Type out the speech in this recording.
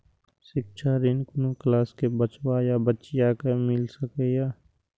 शिक्षा ऋण कुन क्लास कै बचवा या बचिया कै मिल सके यै?